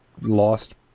lost